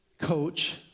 coach